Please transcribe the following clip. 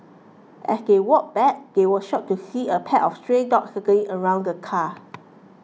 as they walked back they were shocked to see a pack of stray dogs circling around the car